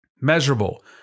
Measurable